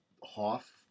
Hoff